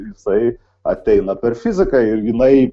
jisai ateina per fiziką ir jinai